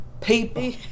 people